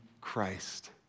Christ